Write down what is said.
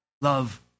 Love